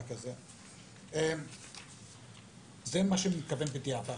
לזה אני מתכוון "בדיעבד".